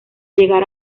llegar